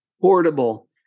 portable